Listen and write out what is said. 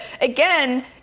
again